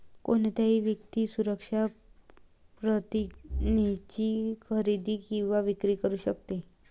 कोणतीही व्यक्ती सुरक्षा प्रतिज्ञेची खरेदी किंवा विक्री करू शकते